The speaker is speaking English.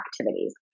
activities